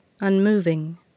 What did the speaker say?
unmoving